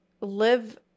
live